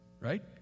right